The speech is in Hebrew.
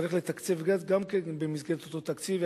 צריך לתקצב גם כן במסגרת אותו תקציב.